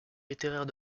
littéraires